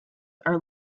are